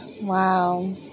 Wow